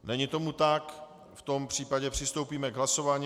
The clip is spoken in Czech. Není tomu tak, v tom případě přistoupíme k hlasování.